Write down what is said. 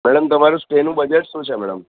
madam તમારું સ્ટેનું budget શું છે મેડમ